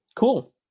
Cool